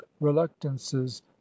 reluctances